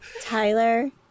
Tyler